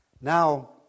Now